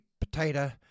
potato